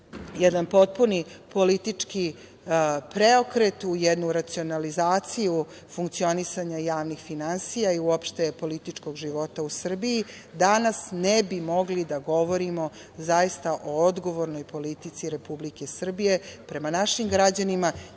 jedan potpuni politički preokret, u jednu racionalizaciju funkcionisanja javnih finansija i uopšte političkog života u Srbiji, danas ne bi mogli da govorimo o odgovornoj politici Republike Srbije prema našim građanima